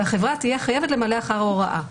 והחברה תהיה חייבת למלא אחר ההוראה".